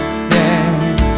stands